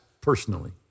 personally